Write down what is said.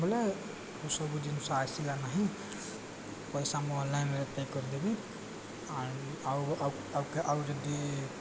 ବୋଲେ ସବୁ ଜିନିଷ ଆସିଲା ନାହିଁ ପଇସା ମୁଁ ଅନଲାଇନରେ ପେ କରିଦେବି ଆଉ ଆଉ ଆଉ ଯଦି